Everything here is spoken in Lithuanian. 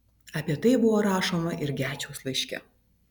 apie tai buvo rašoma ir gečiaus laiške